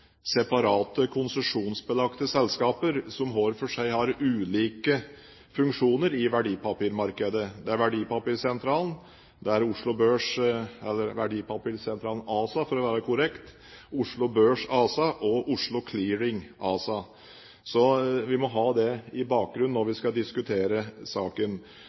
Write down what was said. Verdipapirsentralen – eller Verdipapirsentralen ASA, for å være korrekt – Oslo Børs ASA og Oslo Clearing ASA. Vi må ha det i bakhodet når vi skal diskutere saken.